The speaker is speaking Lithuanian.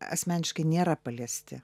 asmeniškai nėra paliesti